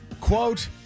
quote